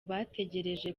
bategereje